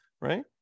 right